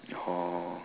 oh